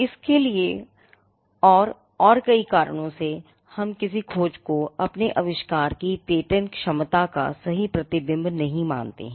इसके लिए और कई और कारणों से हम किसी खोज को अपने आविष्कार की पेटेंट क्षमता का सही प्रतिबिंब नहीं मानते हैं